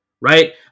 right